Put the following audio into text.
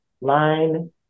line